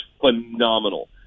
phenomenal